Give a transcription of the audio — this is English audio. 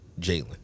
Jalen